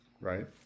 right